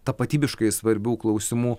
tapatybiškai svarbių klausimų